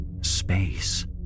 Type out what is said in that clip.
space